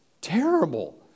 terrible